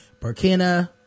Burkina